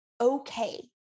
okay